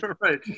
Right